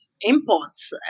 imports